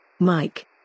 Mike